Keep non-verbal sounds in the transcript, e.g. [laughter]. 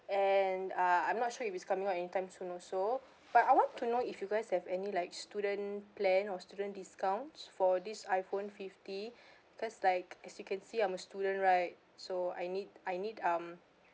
and ah I'm not sure if it's coming out in time soon also but I want to know if you guys have any like student plan or student discounts for this iphone fifty [breath] because like as you can see I'm a student right so I need I need um